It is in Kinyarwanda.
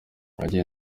nagiye